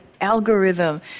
algorithm